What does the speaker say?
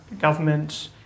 government